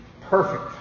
perfect